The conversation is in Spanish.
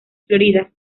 florida